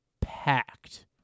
packed